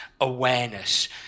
awareness